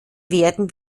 werden